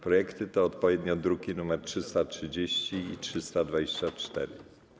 Projekty to odpowiednio druki nr 330 i 324.